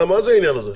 מה זה העניין הזה?